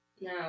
no